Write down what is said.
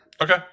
okay